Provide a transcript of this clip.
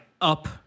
up